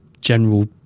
general